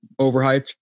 overhyped